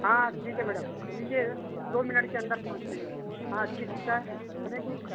हाँ ठीक है मैडम लीजिए दो मिनट में पहुँचते हैं हाँ अच्छी सी चाय बनेगी